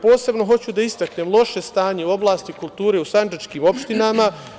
Posebno hoću da istaknem loše stanje u oblasti kulture u sandžačkim opštinama.